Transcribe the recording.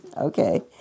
Okay